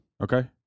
Okay